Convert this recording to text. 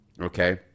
okay